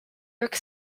york